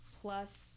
Plus